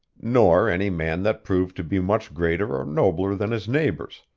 nor any man that proved to be much greater or nobler than his neighbors,